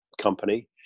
company